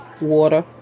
water